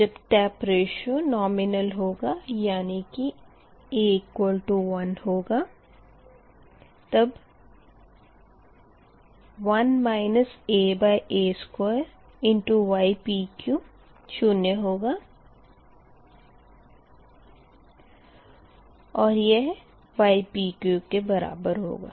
जब taper ratio nominal होगा यानी कि a1 होगा तब 1 aa2 ypq बराबर ypq होगा